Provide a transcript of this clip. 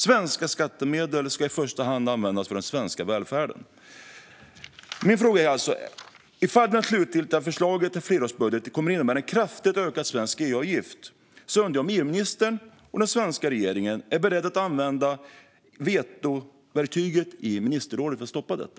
Svenska skattemedel ska i första hand användas för den svenska välfärden. Min fråga är: Ifall det slutgiltiga förslaget till flerårsbudget kommer att innebära en kraftigt ökad svensk EU-avgift undrar jag om EU-ministern och den svenska regeringen är beredda att använda vetoverktyget i ministerrådet för att stoppa detta.